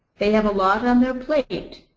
they have a lot on their plate.